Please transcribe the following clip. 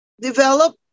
develop